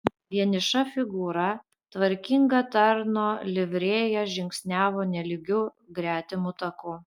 vieniša figūra tvarkinga tarno livrėja žingsniavo nelygiu gretimu taku